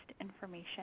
information